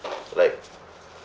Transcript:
like